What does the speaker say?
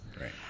Right